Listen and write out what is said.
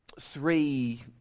three